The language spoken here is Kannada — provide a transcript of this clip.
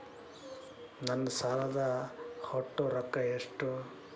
ನನ್ನ ಸಾಲದ ಒಟ್ಟ ರೊಕ್ಕ ಎಷ್ಟು?